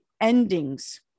endings